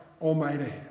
Almighty